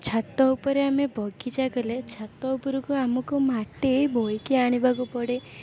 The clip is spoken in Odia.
ଛାତ ଉପରେ ଆମେ ବଗିଚା କଲେ ଛାତ ଉପରକୁ ଆମକୁ ମାଟି ବୋହିକି ଆଣିବାକୁ ପଡ଼େ